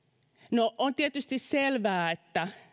no on tietysti selvää että